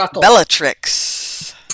Bellatrix